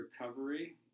recovery